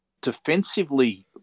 defensively